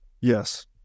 Yes